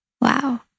Wow